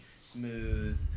smooth